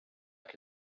che